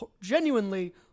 genuinely